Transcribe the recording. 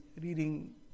reading